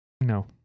No